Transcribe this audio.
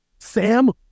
Sam